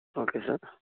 okay sir